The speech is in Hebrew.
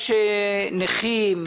יש נכים.